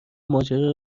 ماجرا